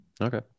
Okay